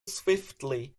swiftly